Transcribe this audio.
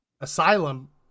asylum